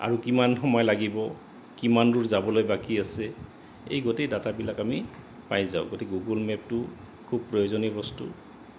আৰু কিমান সময় লাগিব কিমান দূৰ যাবলৈ বাকী আছে এই গোটেই ডাটাবিলাক আমি পাই যাওঁ গতিকে গুগল মেপটো খুব প্ৰয়োজনীয় বস্তু